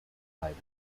plywood